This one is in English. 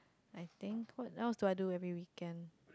I think what else do I do every weekend